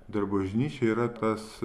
dar bažnyčia yra tas